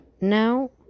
now